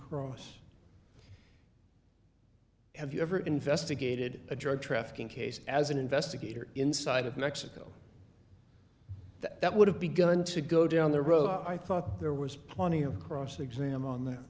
cross have you ever investigated a drug trafficking case as an investigator inside of mexico that would have begun to go down the road i thought there was plenty of cross exam on there